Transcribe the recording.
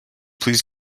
please